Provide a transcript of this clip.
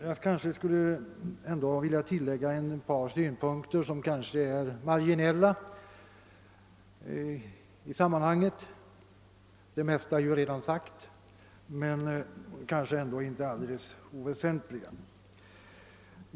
Jag vill emellertid anföra ytterligare ett par synpunkter som kanske är marginella i sammanhanget — det mesta har ju redan sagts — men ändå inte helt oväsentliga.